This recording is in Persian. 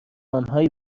آنهایی